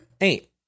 Eight